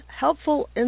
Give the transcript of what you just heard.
helpful